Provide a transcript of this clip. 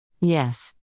Yes